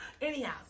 Anyhow